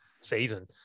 season